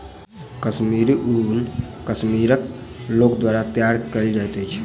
कश्मीरी ऊन कश्मीरक लोक द्वारा तैयार कयल जाइत अछि